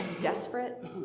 desperate